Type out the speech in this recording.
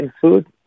food